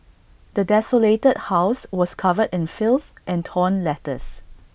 the desolated house was covered in filth and torn letters